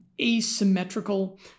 asymmetrical